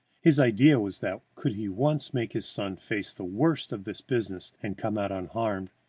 his idea was that, could he once make his son face the worst of this business and come out unharmed,